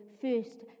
first